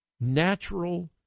natural